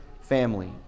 family